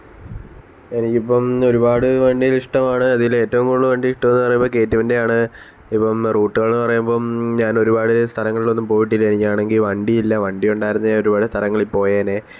എനിക്കിപ്പം ഒരുപാട് വണ്ടിയിഷ്ടമാണ് അതിലേറ്റവും കൂടുതൽ വണ്ടിയിഷ്ടമെന്ന് പറയുമ്പം കെ ട്വൻറ്റിയാണ് ഇപ്പം റൂട്ടുകൾ പറയുമ്പം ഞാൻ ഒരുപാട് സ്ഥലങ്ങളിലൊന്നും പോയിട്ടില്ല എനിക്കാണെങ്കിൽ വണ്ടി ഇല്ല വണ്ടി ഉണ്ടായിരുന്നെ ഞാനൊരുപാട് സ്ഥലങ്ങളിൽ പോയേനെ